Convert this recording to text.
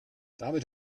damit